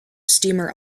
steamer